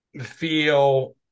feel